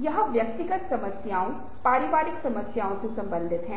जहाँ आप देखते हैं कि आपका अनुभव या आभासी का अनुभव ऐसा जीवन है जैसे कि आप भूल जाते हैं कि यह एक आभासी माध्यम है आप उस आभासी माध्यम में डूब जाते हैं